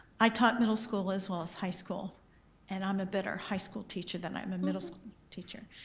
i taught middle school as well as high school and i'm a better high school teacher than i am a middle school teacher.